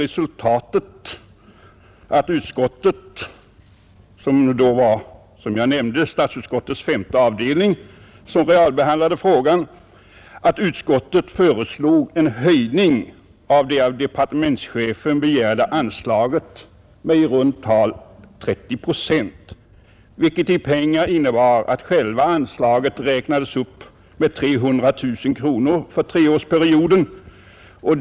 Resultatet i utskottet — som då var, som jag nämnde, statsutskottets femte avdelning — blev att utskottet föreslog en höjning av det av departementschefen begärda anslaget med i runt tal 30 procent. I pengar innebar detta att själva anslaget räknades upp med 300 000 kronor för treårsperioden.